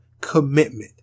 commitment